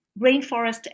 Rainforest